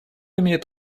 имеет